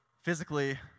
physically